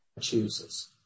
chooses